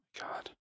God